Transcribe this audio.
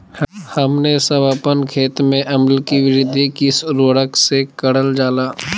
हमने सब अपन खेत में अम्ल कि वृद्धि किस उर्वरक से करलजाला?